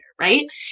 right